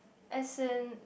as in